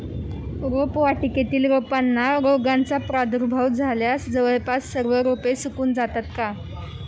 रोपवाटिकेतील रोपांना रोगाचा प्रादुर्भाव झाल्यास जवळपास सर्व रोपे सुकून जातात का?